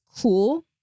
cool